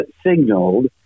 signaled